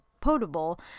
potable